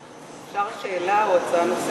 אפשר שאלה או הצעה נוספת?